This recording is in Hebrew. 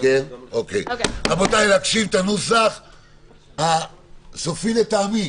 רבותיי, נקשיב לנוסח הסופי לטעמי.